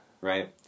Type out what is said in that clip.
Right